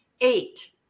eight